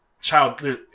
child